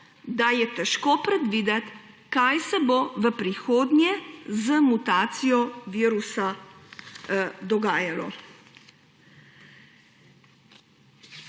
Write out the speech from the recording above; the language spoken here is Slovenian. da je težko predvideti, kaj se bo v prihodnje z mutacijo virusa dogajalo.